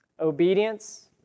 Obedience